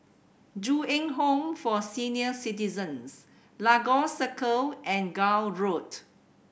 Ju Eng Home for Senior Citizens Lagos Circle and Gul Road